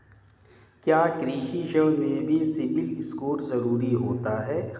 क्या कृषि ऋण में भी सिबिल स्कोर जरूरी होता है?